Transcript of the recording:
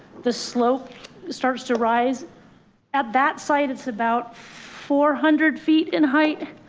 the slope starts to rise at that site. it's about four hundred feet in height